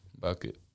Bucket